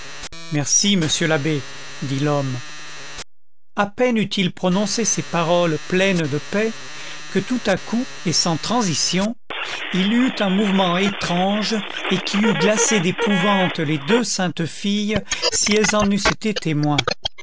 merci monsieur l'abbé dit l'homme à peine eut-il prononcé ces paroles pleines de paix que tout à coup et sans transition il eut un mouvement étrange et qui eût glacé d'épouvante les deux saintes filles si elles en eussent été témoins